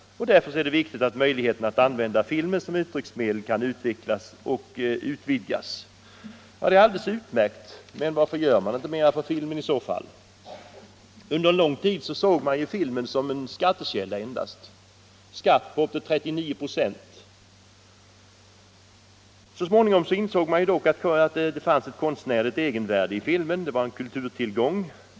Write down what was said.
Därför är det viktigt att möjligheten att använda filmen som uttrycksmedel kan utvecklas och utvidgas.” Det är alldeles utmärkt, men varför gör man inte mera för filmen i så fall? Under lång tid såg man filmen endast som en skattekälla — skatt på upp till 39 96! Så småningom insåg man dock att det finns ett konstnärligt egenvärde hos filmen och att den är en kulturtillgång.